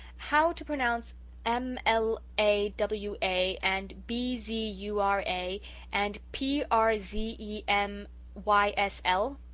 how to pronounce m l a w a and b z u r a and p r z e m y s l?